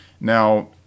Now